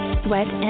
sweat